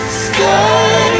stay